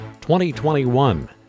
2021